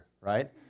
right